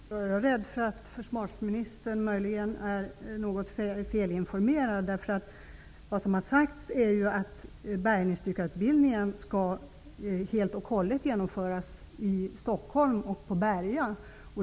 Herr talman! Jag är rädd för att försvarsministern möjligen är något felinformerad. Vad som sagts är att bärgningsdykarutbildningen helt och hållet skall genomföras i Stockholm och på Berga.